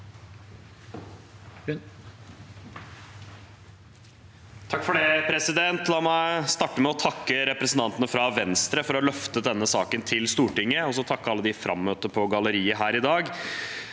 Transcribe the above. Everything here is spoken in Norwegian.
Lund (R) La meg starte med å takke representantene fra Venstre for å ha løftet denne saken til Stortinget, og også takke alle de frammøtte på galleriet her i dag.